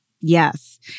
Yes